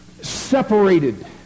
separated